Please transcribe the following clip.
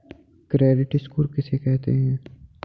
Credit score किसे कहते हैं?